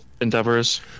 endeavors